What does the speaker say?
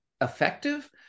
effective